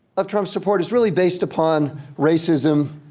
of trump supporters, really based upon racism,